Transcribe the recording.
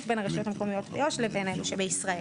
בין הרשויות המקומיות ביו"ש לבין אלו שבישראל.